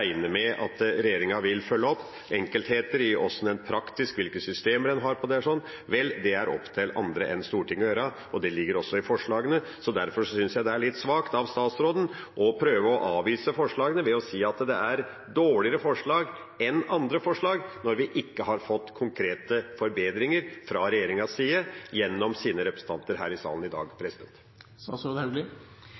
det opp til andre enn Stortinget å avgjøre. Det ligger også i forslagene. Derfor synes jeg det er litt svakt av statsråden å prøve å avvise forslagene ved å si at det er dårligere forslag enn andre forslag – når vi ikke har fått konkrete forbedringer fra regjeringas side gjennom dens representanter i salen i dag.